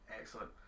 Excellent